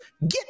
get